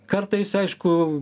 kartais aišku